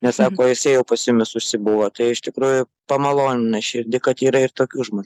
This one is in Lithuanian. nes sako jisai jau pas jumis užsibuvo tai iš tikrųjų pamalonina širdį kad yra ir tokių žmo